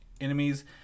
enemies